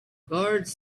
guards